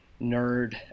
nerd